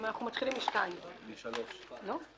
אנחנו מתחילים בסעיף 2. סעיף 3. לא.